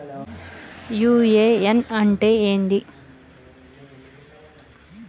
UAN అంటే ఏంది?